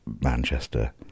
Manchester